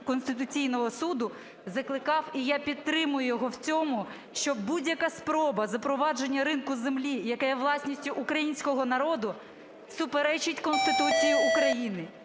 Конституційного Суду, закликав, і я підтримаю його в цьому, що будь-яка спроба запровадження ринку землі, яка є власністю українського народу, суперечить Конституції України.